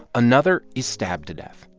another is stabbed to death.